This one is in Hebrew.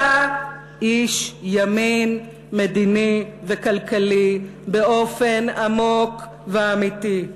אתה איש ימין מדיני וכלכלי באופן עמוק ואמיתי,